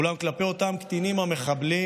אולם אותם קטינים מחבלים,